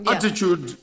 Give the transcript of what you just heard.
Attitude